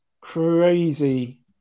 Crazy